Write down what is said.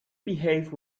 behave